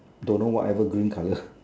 don't know whatever green colour